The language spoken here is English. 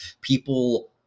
people